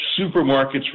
supermarkets